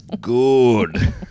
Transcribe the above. good